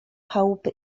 chałupy